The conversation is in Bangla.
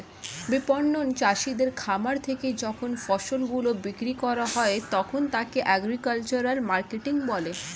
বিপণন চাষীদের খামার থেকে যখন ফসল গুলো বিক্রি করা হয় তখন তাকে এগ্রিকালচারাল মার্কেটিং বলে